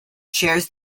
chairs